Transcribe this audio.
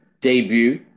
debut